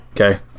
Okay